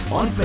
on